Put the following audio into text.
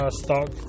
stock